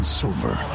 silver